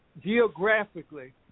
geographically